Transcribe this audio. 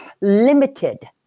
limited